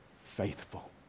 faithful